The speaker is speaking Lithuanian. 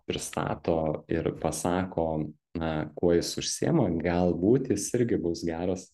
pristato ir pasako na kuo jis užsiema gal būt jis irgi bus geras